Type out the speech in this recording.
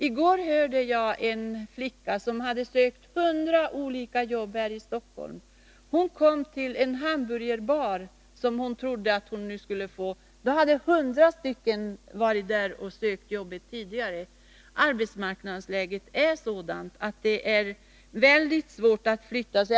I går hörde jag talas om en flicka som hade sökt 100 olika jobb här i Stockholm. Hon kom till en hamburgerbar där hon trodde att hon skulle få ett jobb. Då hade 100 personer tidigare varit där och sökt jobbet. Arbetsmarknadsläget är sådant att det är väldigt svårt att flytta på sig.